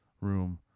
room